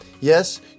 Yes